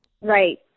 Right